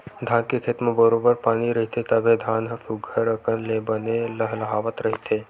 धान के खेत म बरोबर पानी रहिथे तभे धान ह सुग्घर अकन ले बने लहलाहवत रहिथे